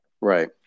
Right